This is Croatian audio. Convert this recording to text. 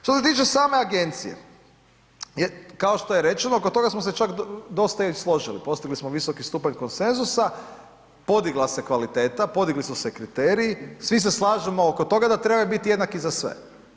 Što se tiče same agencije, kao što je rečeno, oko toga smo se čak dosta i složili, postavili smo visoki stupanj konsenzusa, podigla se kvaliteta, podigli su se kriteriji, svi se slažemo oko toga da trebaju biti jednaki za sve.